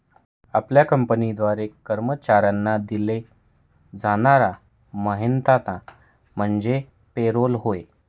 आपल्या कंपनीद्वारे कर्मचाऱ्यांना दिला जाणारा मेहनताना म्हणजे पे रोल होय